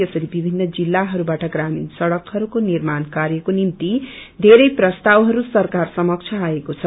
यसरी नै विभिन्न जिल्ताहरूबाट ग्रमीण सड़कहरूको निर्माण काव्रको निम्ति बेरै प्रस्तावहरू सरकार समक्ष आएको छ